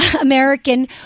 American